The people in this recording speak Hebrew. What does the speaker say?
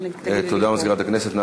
תודה למזכירת הכנסת.